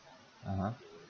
(uh huh)